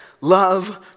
love